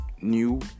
new